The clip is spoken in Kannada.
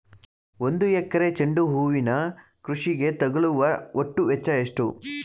ಒಂದು ಎಕರೆ ಚೆಂಡು ಹೂವಿನ ಕೃಷಿಗೆ ತಗಲುವ ಒಟ್ಟು ವೆಚ್ಚ ಎಷ್ಟು?